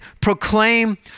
proclaim